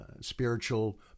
spiritual